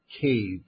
cave